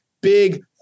big